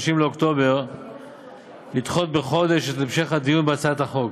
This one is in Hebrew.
באוקטובר לדחות בחודש את המשך הדיון בהצעת החוק.